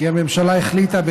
שהממשלה החליטה,